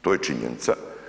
To je činjenica.